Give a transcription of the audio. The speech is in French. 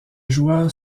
joueur